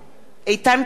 איתן כבל,